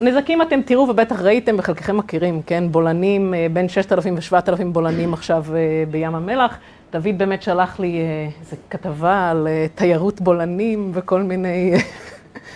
נזקים, אתם תראו ובטח ראיתם וחלקכם מכירים בולענים, בין ששת אלפים ושבעת אלפים בולענים עכשיו בים המלח. דוד באמת שלח לי איזו כתבה על תיירות בולענים וכל מיני...